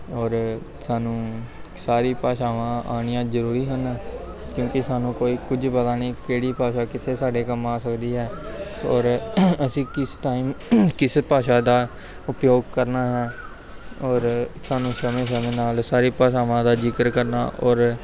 ਔਰ ਸਾਨੂੰ ਸਾਰੀ ਭਾਸ਼ਾਵਾਂ ਆਉਣੀਆਂ ਜ਼ਰੂਰੀ ਹਨ ਕਿਉਂਕਿ ਸਾਨੂੰ ਕੋਈ ਕੁਝ ਪਤਾ ਨਹੀਂ ਕਿਹੜੀ ਭਾਸ਼ਾ ਕਿੱਥੇ ਸਾਡੇ ਕੰਮ ਆ ਸਕਦੀ ਹੈ ਔਰ ਅਸੀਂ ਕਿਸ ਟਾਈਮ ਕਿਸ ਭਾਸ਼ਾ ਦਾ ਉਪਯੋਗ ਕਰਨਾ ਹੈ ਔਰ ਸਾਨੂੰ ਸਮੇਂ ਸਮੇਂ ਨਾਲ ਸਾਰੀ ਭਾਸ਼ਾਵਾਂ ਦਾ ਜ਼ਿਕਰ ਕਰਨਾ ਔਰ